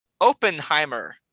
Oppenheimer